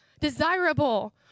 desirable